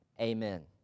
amen